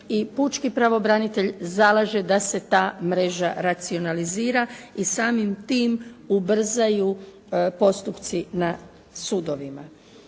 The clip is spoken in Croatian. i pučki pravobranitelj zalaže da se ta mreža racionalizira i samim tim ubrzaju postupci na sudovima.